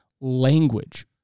language